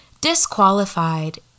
disqualified